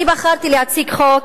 אני בחרתי להציג חוק